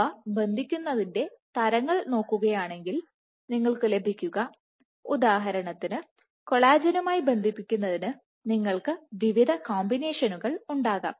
അവ ബന്ധിക്കുന്നതിൻറെതരങ്ങൾ നോക്കുകയാണെങ്കിൽ നിങ്ങൾക്ക് ലഭിക്കുക ഉദാഹരണത്തിന് കൊളാജനുമായി ബന്ധിപ്പിക്കുന്നതിന് നിങ്ങൾക്ക് വിവിധ കോമ്പിനേഷനുകൾ ഉണ്ടാകാം